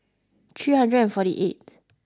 three hundred and forty eighth